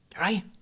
Right